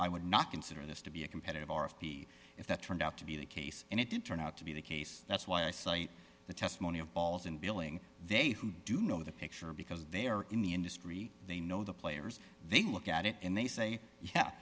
i would not consider this to be a competitive r f p if that turned out to be the case and it didn't turn out to be the case that's why i cite the testimony of balls and billing they who do know the picture because they are in the industry they know the players they look at it and they say yeah